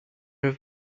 have